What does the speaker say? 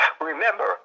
remember